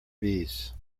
bees